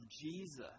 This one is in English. Jesus